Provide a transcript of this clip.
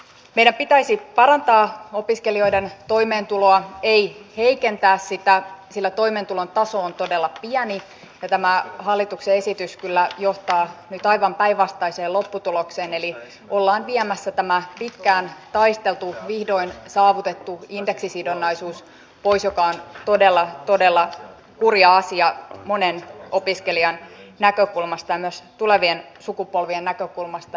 meidän pitäisi parantaa opiskelijoiden toimeentuloa ei heikentää sitä sillä toimeentulon taso on todella pieni ja tämä hallituksen esitys kyllä johtaa nyt aivan päinvastaiseen lopputulokseen eli ollaan viemässä tämä pitkään taisteltu vihdoin saavutettu indeksisidonnaisuus pois mikä on todella todella kurja asia monen opiskelijan näkökulmasta ja myös tulevien sukupolvien näkökulmasta